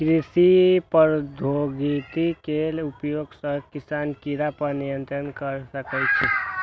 कृषि प्रौद्योगिकी केर उपयोग सं किसान कीड़ा पर नियंत्रण कैर सकै छै